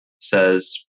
says